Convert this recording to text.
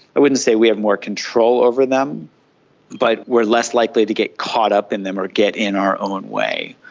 i wouldn't say we have more control over them but we are less likely to get caught up in them or get in our own way.